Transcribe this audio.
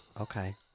okay